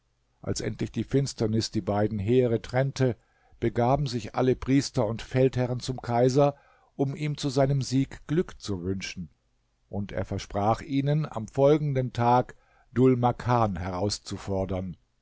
als endlich die finsternis die beiden heere trennte begaben sich alle priester und feldherren zum kaiser um ihm zu seinem sieg glück zu wünschen und er versprach ihnen am folgenden tag dhul makan herauszufordern